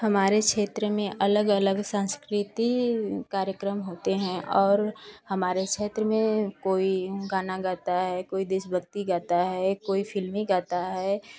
हमारे क्षेत्र में अलग अलग संस्कृति कार्यक्रम होते हैं और हमारे क्षेत्र में कोई गाना गाता हैं कोई देशभक्ति गाता है कोई फिल्मी गाता है